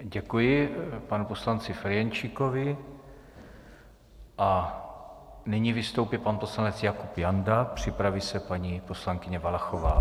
Děkuji panu poslanci Ferjenčíkovi a nyní vystoupí pan poslanec Jakub Janda, připraví se paní poslankyně Valachová.